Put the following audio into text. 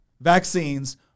vaccines